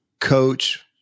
coach